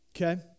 Okay